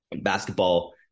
Basketball